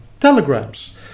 telegrams